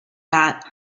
that